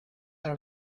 are